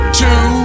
two